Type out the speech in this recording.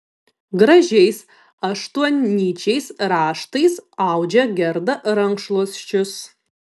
gražiais aštuonnyčiais raštais audžia gerda rankšluosčius